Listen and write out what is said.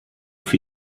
für